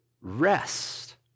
rest